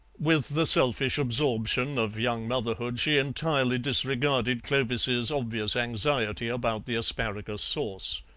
with the selfish absorption of young motherhood she entirely disregarded clovis's obvious anxiety about the asparagus sauce.